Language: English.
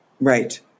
Right